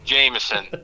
Jameson